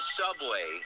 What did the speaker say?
subway